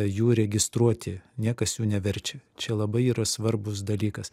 jų registruoti niekas jų neverčia čia labai yra svarbus dalykas